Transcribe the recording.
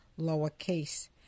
lowercase